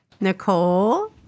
Nicole